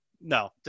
no